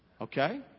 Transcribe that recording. Okay